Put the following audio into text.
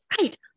Right